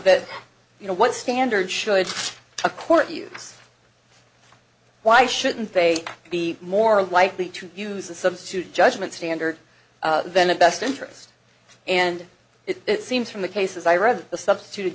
at you know what standard should to court use why shouldn't they be more likely to use a substitute judgment standard than the best interest and it seems from the cases i read that the substituted